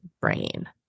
brain